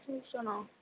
six தௌசட்ணா